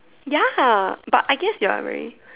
ya lah but I can you are right